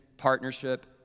partnership